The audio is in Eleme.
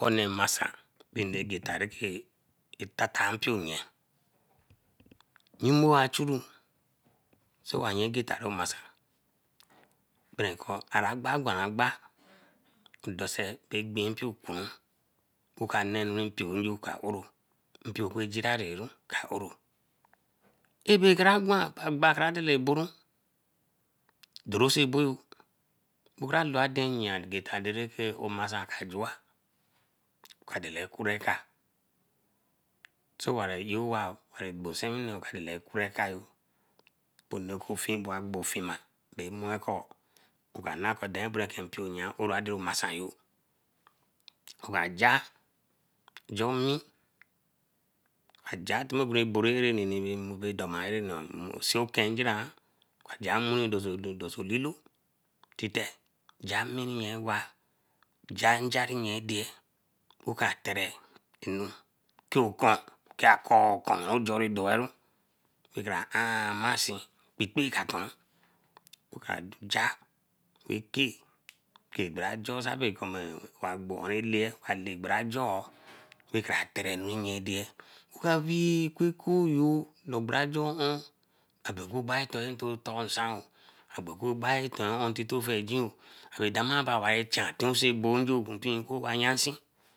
Kene masan nne geta ra tata mpio nee. Nmor achiri so wa yan egeta rah masan berekor arangba baran agba in dorso kin biokpo ocun oka nee mpioyo ca ore mpio oku geraru ka oro. Ebe kragwan bae kra dore eboru, doresoboyo bo ka loo aden loo aden ka jua, oka jule curee ka. Soware-e owa, wabare gbon nsewine curre kayo. owa gbo fima gberenko mpio ba oroo ade. omasan. Okaja ejo nmii, kaja kure dama areni till oken jiran oka jar mmii ra dor so olilo tite, ja miri ra waa, ja nja nye deeye. Oka tere anu oka kei okun, kei akan okun weeh bara ahn masan, kpikpi ka toan. okaja okei kra joor wabe wa gbo un eleye ba le bara joor ra kra tere enu nye deri weeh ekoh yo a bera toin nsan oo, obe be oku bae ton ntito fiegin oo dama bi ba bere chan pie ko abo wa yan si.